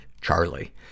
charlie